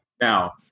Now